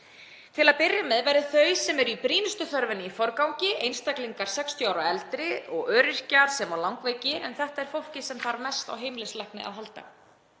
Til að byrja með verði þau sem eru í brýnustu þörfinni í forgangi, einstaklingar 60 ára og eldri og öryrkjar sem og langveikir. En þetta er fólkið sem þarf mest á heimilislækni að halda.